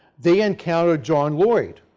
they encounter john lloyd.